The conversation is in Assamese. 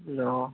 অঁ